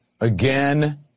again